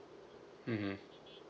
mmhmm